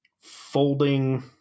folding